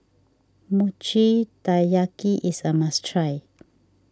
Mochi Taiyaki is a must try